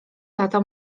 lata